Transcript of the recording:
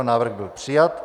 Návrh byl přijat.